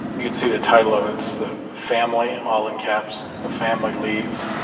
you can see the title of it's the family, all in caps, ah family leave.